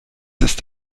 ist